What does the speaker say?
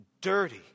dirty